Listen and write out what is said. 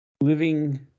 living